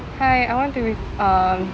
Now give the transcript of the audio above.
hi I want to um